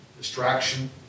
Distraction